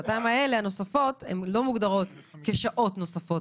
הרי השעתיים הנוספות האלה לא מוגדרות כשעות נוספות,